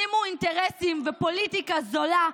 שימו אינטרסים ופוליטיקה זולה,